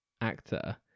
actor